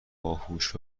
باهوش